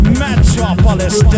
metropolis